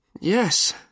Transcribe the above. Yes